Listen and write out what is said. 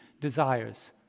desires